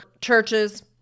churches